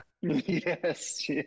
yes